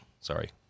Sorry